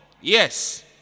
Yes